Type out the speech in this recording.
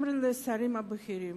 גם לשרים הבכירים,